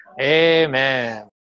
amen